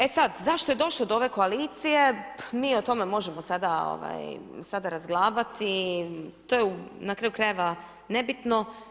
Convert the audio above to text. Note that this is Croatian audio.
E sada, zašto je došlo do ove koalicije, mi o tome možemo sada, sada razglabati, to je na kraju krajeva nebitno.